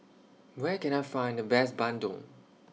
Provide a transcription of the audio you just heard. Where Can I Find The Best Bandung